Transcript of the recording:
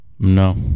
No